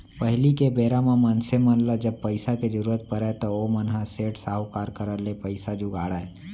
पहिली के बेरा म मनसे मन ल जब पइसा के जरुरत परय त ओमन ह सेठ, साहूकार करा ले पइसा जुगाड़य